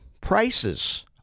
prices